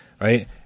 right